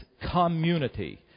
community